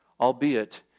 albeit